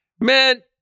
Man